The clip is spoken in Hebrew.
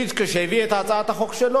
כשהביא את הצעת החוק שלו,